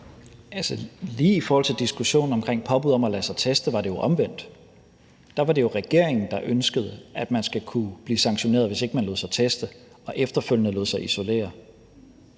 lige i forhold til diskussionen omkring påbuddet om at lade sig teste var det jo omvendt. Der var det jo regeringen, der ønskede, at man skulle kunne blive sanktioneret, hvis ikke man lod sig teste og efterfølgende lod sig isolere.